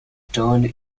turned